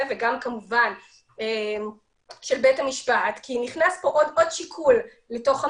וגם כמובן של בית המשפט כי נכנס פה עוד שיקול לתוך המערך,